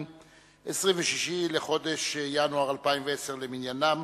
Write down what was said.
26 בחודש ינואר 2010 למניינם.